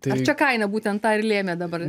ar čia kaina būtent tą ir lėmė dabar